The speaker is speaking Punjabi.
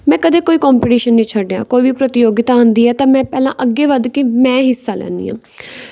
ਮੈਂ ਕਦੇ ਕੋਈ ਕੋਂਪੀਟੀਸ਼ਨ ਨਹੀਂ ਛੱਡਿਆ ਕੋਈ ਵੀ ਪ੍ਰਤਿਯੋਗਤਾ ਆਉਂਦੀ ਹੈ ਤਾਂ ਮੈਂ ਪਹਿਲਾਂ ਅੱਗੇ ਵੱਧ ਕੇ ਮੈਂ ਹਿੱਸਾ ਲੈਂਦੀ ਹਾਂ